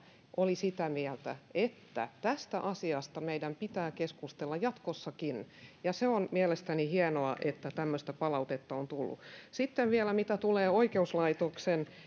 oli sitä mieltä että tästä asiasta meidän pitää keskustella jatkossakin ja se on mielestäni hienoa että tämmöistä palautetta on tullut sitten vielä mitä tulee oikeuslaitoksen